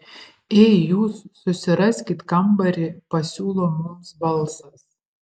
ei jūs susiraskit kambarį pasiūlo mums balsas